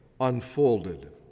unfolded